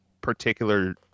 particular